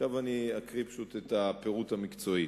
עכשיו אני אקריא את הפירוט המקצועי.